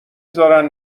زارن